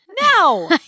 No